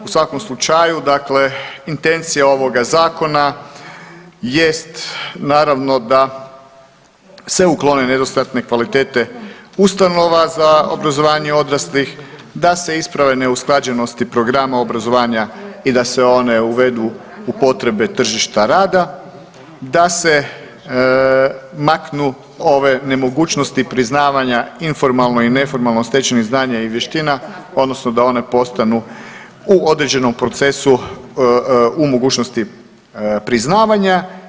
U svakom slučaju, dakle intencija ovog zakona jest naravno da se uklone nedostatne kvalitete ustanova za obrazovanje odraslih, da se isprave neusklađenosti programa obrazovanja i da se one uvedu u potrebe tržišta rada, da se maknu ove nemogućnosti priznavanja informalno i neformalno stečenih znanja i vještina, odnosno da one postanu u određenom procesu u mogućnosti priznavanja.